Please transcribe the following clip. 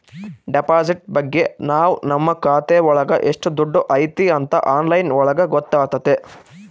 deposit ಬಗ್ಗೆ ನಾವ್ ನಮ್ ಖಾತೆ ಒಳಗ ಎಷ್ಟ್ ದುಡ್ಡು ಐತಿ ಅಂತ ಆನ್ಲೈನ್ ಒಳಗ ಗೊತ್ತಾತತೆ